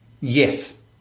Yes